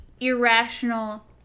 irrational